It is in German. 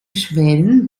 schweden